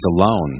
alone